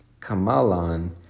Kamalan